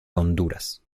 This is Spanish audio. honduras